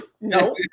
No